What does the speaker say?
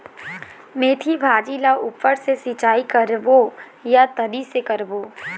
मेंथी भाजी ला ऊपर से सिचाई करबो या तरी से करबो?